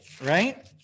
right